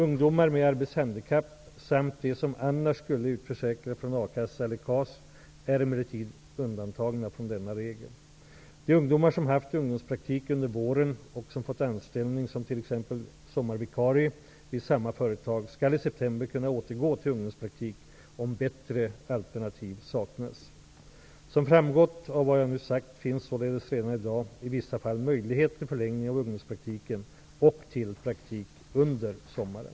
Ungdomar med arbetshandikapp samt de som annars skulle utförsäkras från a-kassa eller KAS är emellertid undantagna från denna regel. sommarvikarie vid samma företag skall i september kunna återgå till ungdomspraktik om bättre alternativ saknas. Som framgått av vad jag nu har sagt, finns således redan i dag i vissa fall möjlighet till förlängning av ungdomspraktiken och till praktik under sommaren.